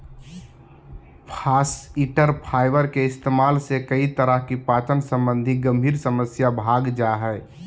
फास्इटर फाइबर के इस्तेमाल से कई तरह की पाचन संबंधी गंभीर समस्या भाग जा हइ